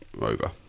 over